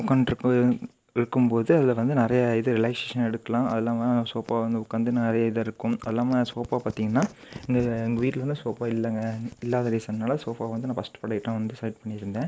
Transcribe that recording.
உட்கான்ருக்கும் போது இருக்கும் போது அதில் வந்து நிறையா இது ரிலாக்ஸ்ஷேஷன் எடுக்கலாம் அது இல்லாமல் சோஃபா வந்து உட்காந்து நிறையா இதாக இருக்கும் அது இல்லாமல் சோஃபா பார்த்திங்னா இந்த எங்கள் வீட்டிலலாம் சோஃபா இல்லைங்க இல்லாத ரீசன்னால சோஃபா வந்து நான் ஃபஸ்ட் ப்ராடெக்ட்டாக வந்து செலக்ட் பண்ணி இருந்தேன்